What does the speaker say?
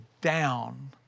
down